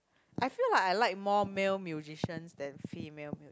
I feel like I like more male musicians than female